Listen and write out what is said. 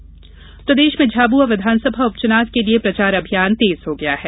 झाब्आ च्नाव प्रदेश के झाबुआ विधानसभा उपचुनाव के लिए प्रचार अभियान तेज हो गया है